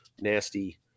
nasty